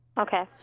Okay